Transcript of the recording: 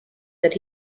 that